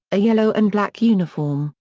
a yellow-and-black uniform,